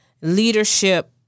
Leadership